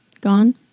Gone